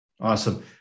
awesome